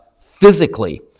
physically